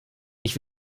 ich